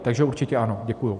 Takže určitě ano, děkuji.